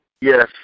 Yes